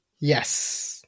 Yes